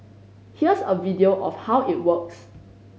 here's a video of how it works